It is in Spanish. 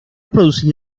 producido